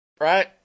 right